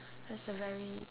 that's a very